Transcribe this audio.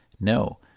no